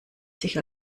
sich